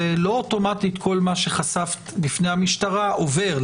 לא אוטומטית כל מה שחשפת בפני המשטרה עובר.